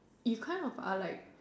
you kind of are like